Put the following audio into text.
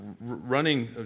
running